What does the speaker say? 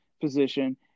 position